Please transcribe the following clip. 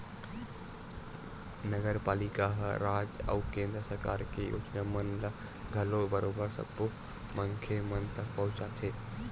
नगरपालिका ह राज अउ केंद्र सरकार के योजना मन ल घलो बरोबर सब्बो मनखे मन तक पहुंचाथे